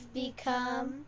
become